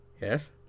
Yes